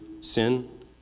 sin